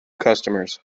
customers